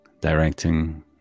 Directing